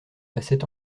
passait